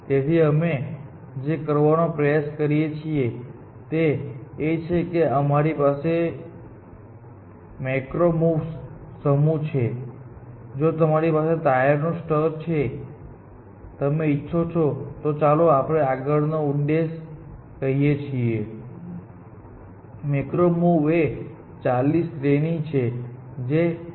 તેથી અમે જે કરવાનો પ્રયાસ કરીએ છીએ તે એ છે કે અમારી પાસે મેક્રો મૂવ્સનો સમૂહ છે જે કહે છે કે જો તમારી પાસે ટોચનું સ્તર છે તમે ઇચ્છો તો ચાલો આપણે આગળનો ઉદ્દેશ કહીએ જે મેળવવાનો છે ચાલો આપણે એક ક્યુબ કહીએ તેને મધ્ય સ્તરમાં રહેવા દો તમે કહો છો કે તે ચાલની શ્રેણીમાં કરો જે પણ બાકી હોય જમણે ડાબે ઉપર અને નીચે